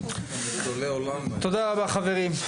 תודה רבה חברים.